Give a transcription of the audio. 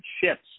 ships